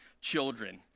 children